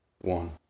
One